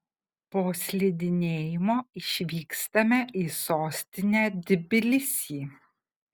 po slidinėjimo išvykstame į sostinę tbilisį